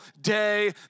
day